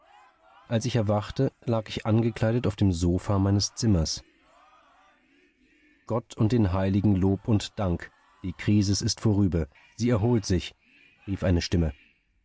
als ich erwachte lag ich angekleidet auf dem sofa meines zimmers gott und den heiligen lob und dank die krisis ist vorüber sie erholt sich rief eine stimme